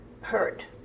hurt